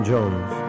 Jones